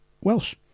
Welsh